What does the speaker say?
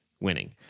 winning